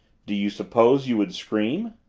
do you suppose you would scream?